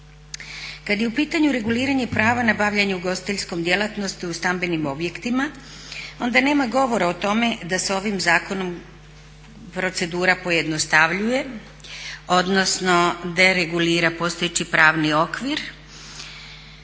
Kad je u pitanju reguliranje prava na bavljenje ugostiteljskom djelatnosti u stambenim objektima onda nema govora o tome da se ovim zakonom procedura pojednostavljuje odnosno da je regulira postojeći pravni okvir